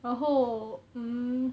然后 mm